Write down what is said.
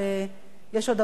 יש עוד עבודה רבה,